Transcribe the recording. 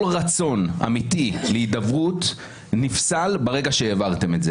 כל רצון אמיתי להידברות נפסל ברגע שהעברתם את זה